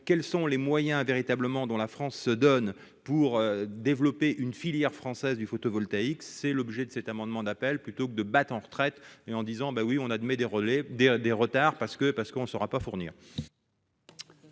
quels sont les moyens véritablement dont la France se donne pour développer une filière française du photovoltaïque, c'est l'objet de cet amendement d'appel plutôt que de battre en retraite et en disant, ben oui, on admet des rollers, des des retards parce que parce qu'on ne saura pas fournir.